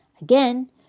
again